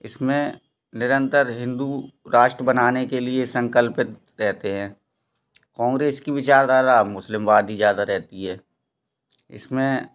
इसमें निरंतर हिंदू राष्ट्र बनाने के लिए संकल्पित रहते हैं कांग्रेस की विचारधारा मुस्लिमवादी ज़्यादा रहती है इसमें